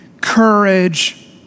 courage